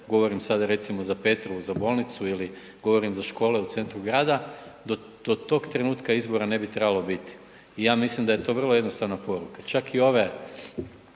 Govorim sad recimo, za Petrovu, za bolnicu ili govorim za škole u centru grada. Do tog trenutka izbora ne bi trebalo biti i ja mislim da je to vrlo jednostavna poruka. Čak i ove